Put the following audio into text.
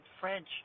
French